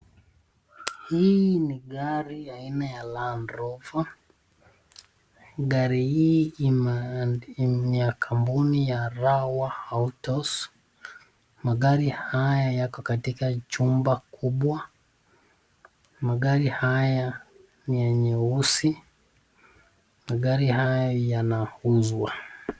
Hii ni gari aina ya land rover. Gari hii ni ya kampuni ya Rawa autos, magari haya yako katika jumba kubwa. Magari haya ni ya nyeusi. Magari haya yanauzwa.